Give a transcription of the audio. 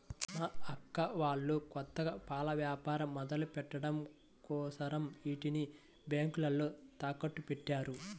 మా అక్క వాళ్ళు కొత్తగా పాల వ్యాపారం మొదలుపెట్టడం కోసరం ఇంటిని బ్యేంకులో తాకట్టుపెట్టారు